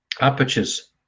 apertures